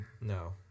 No